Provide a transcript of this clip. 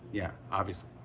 yeah, obviously.